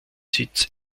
sitz